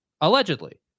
Allegedly